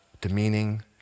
demeaning